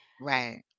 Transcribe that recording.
Right